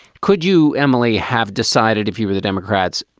could you, emily, have decided if you were the democrats,